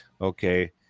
Okay